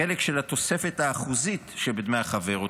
החלק של התוספת האחוזית שבדמי החבר,